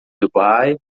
dubai